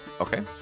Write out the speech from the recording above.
Okay